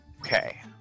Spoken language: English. Okay